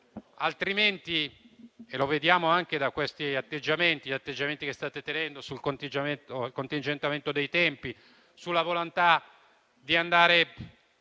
temi. Lo vediamo anche dagli atteggiamenti che state tenendo sul contingentamento dei tempi, nella volontà di andare